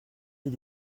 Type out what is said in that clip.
ils